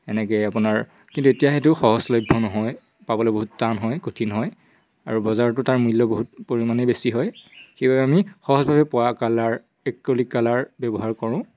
এনেকে আপোনাৰ কিন্তু এতিয়া সেইটো সহজলভ্য নহয় পাবলৈ বহুত টান হয় কঠিন হয় আৰু বজাৰটো তাৰ মূল্য বহুত পৰিমাণে বেছি হয় সেইবাবে আমি সহজভাৱে পোৱা কালাৰ এক্ৰলিক কালাৰ ব্যৱহাৰ কৰোঁ